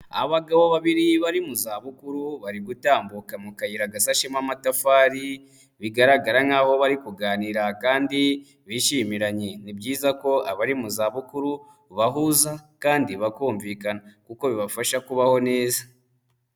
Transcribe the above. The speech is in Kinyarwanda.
Abagabo babiri bari mu zabukuru bari gutambuka mu kayira gasashemo amatafari, bigaragara nkaho bari kuganira kandi bishimiranye, ni byiza ko abari mu zabukuru bahuza kandi bakumvikana kuko bibafasha kubaho neza.